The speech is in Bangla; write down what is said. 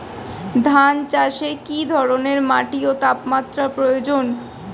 ধান চাষে কী ধরনের মাটি ও তাপমাত্রার প্রয়োজন?